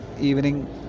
evening